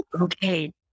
okay